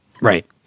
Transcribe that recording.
Right